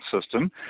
system